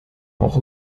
auch